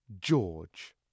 George